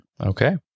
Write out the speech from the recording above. Okay